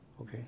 Okay